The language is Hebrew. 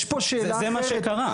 זה מה שקרה.